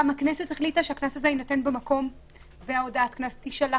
הכנסת גם החליטה שהקנס הזה יינתן במקום והודעת הקנס תישלח.